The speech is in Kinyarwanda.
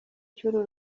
cy’uru